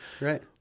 right